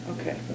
okay